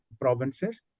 provinces